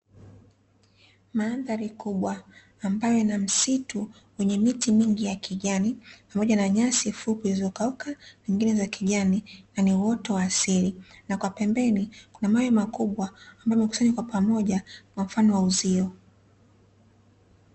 Mandhari kubwa ambayo ina msitu kwenye miti mingi ya kijani, pamoja na nyasi fupi zenye rangi ya kijanizilizokauka na nyingine zakijani na niuoto wa asili na kwapembeni kuna mawe makubwa ambayo yamekusanywa kwa mfano wa uzio.